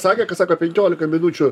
sakė kad sako penkiolika minučių